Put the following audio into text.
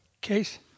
case